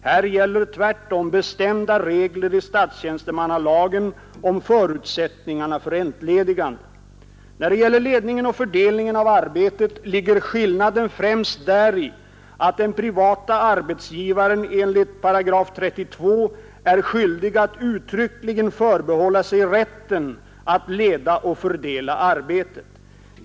Här gäller tvärtom bestämda regler i statstjänstemannalagen om förutsättningarna för entledigande. När det gäller ledningen och fördelningen av arbetet ligger skillnaden främst däri, att den privata arbetsgivaren enligt § 32 är skyldig att uttryckligen förbehålla sig rätten att leda och fördela arbetet.